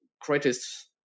greatest